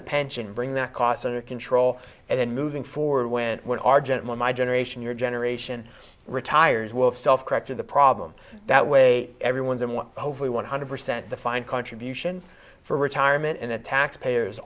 the pension bring that cost under control and then moving forward when when our gentleman my generation your generation retires will self correct or the problem that way everyone's in one hopefully one hundred percent defined contribution for retirement and the taxpayers